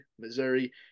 Missouri